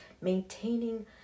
Maintaining